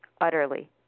utterly